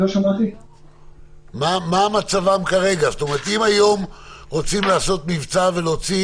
אם היום רוצים לעשות מבצע ולהוציא